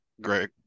Greg